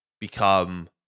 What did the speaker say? become